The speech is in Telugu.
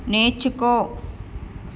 నేర్చుకో